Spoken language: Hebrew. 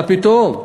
מה פתאום?